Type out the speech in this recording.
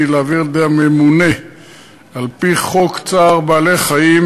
להעביר לידי הממונה על-פי חוק צער בעלי-חיים,